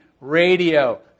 radio